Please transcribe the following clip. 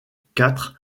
quatre